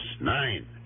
nine